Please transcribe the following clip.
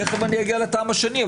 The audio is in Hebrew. תכף אגיע לטעם השני,